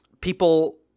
people